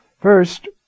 First